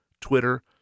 Twitter